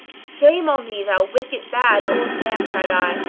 shame on thee, thou wicked, bad, old man! cried i,